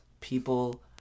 people